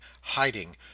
hiding